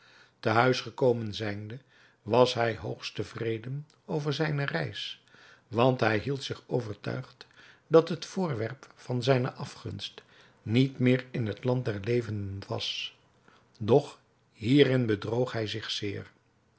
te huis gekomen zijnde was hij hoogst tevreden over zijne reis want hij hield zich overtuigd dat het voorwerp van zijne afgunst niet meer in het land der levenden was doch hierin bedroog hij zich zeer